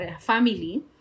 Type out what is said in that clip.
family